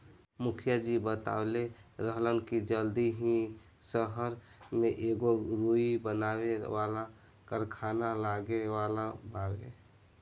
मुखिया जी बतवले रहलन की जल्दी ही सहर में एगो रुई बनावे वाला कारखाना लागे वाला बावे